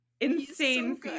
insane